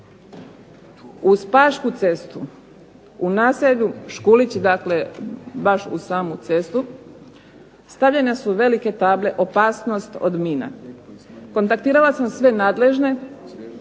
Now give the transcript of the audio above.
Uz pašku cestu, u naselju Škulići, dakle baš uz samu cestu stavljene su velike table opasnost od mina. Kontaktirala sam sve nadležne,